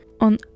on